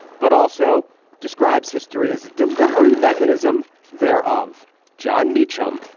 but also describes history as a delivery mechanism there of jon meacham.